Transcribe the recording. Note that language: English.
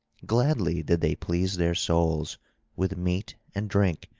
gladly did they please their souls with meat and drink.